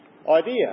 idea